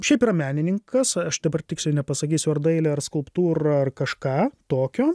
šiaip yra menininkas aš dabar tiksliai nepasakysiu ar dailė ar skulptūra ar kažką tokio